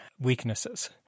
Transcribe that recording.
weaknesses